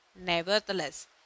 nevertheless